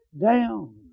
down